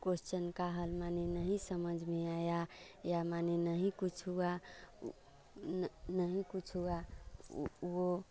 question का हल माने नहीं समझ में आया या माने नहीं कुछ हुआ नहीं कुछ हुआ वह वह